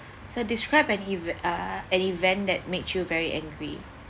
so describe an event uh an event that makes you very angry